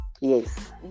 Yes